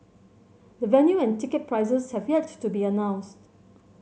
the venue and ticket prices have yet to be announced